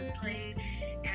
played